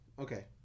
okay